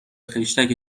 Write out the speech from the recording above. خشتک